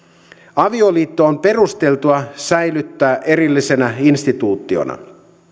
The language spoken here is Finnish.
avioliitto on perusteltua säilyttää erillisenä instituutiona